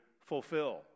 fulfill